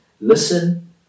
listen